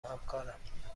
همکارم